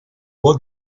what